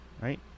Right